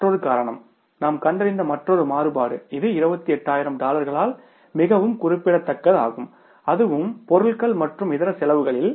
மற்றொரு காரணம் நாம் கண்டறிந்த மற்றொரு மாறுபாடு இது 28000 டாலர்களால் மிகவும் குறிப்பிடத்தக்கதாகும் அதுவும் பொருட்கள் மற்றும் இதர செலவுகளில்